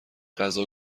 غذا